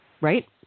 Right